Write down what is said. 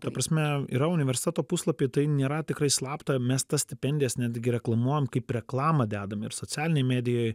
ta prasme yra universiteto puslapy tai nėra tikrai slapta mes tas stipendijas netgi reklamuojam kaip reklamą dedam ir socialinėj medijoj